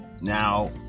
Now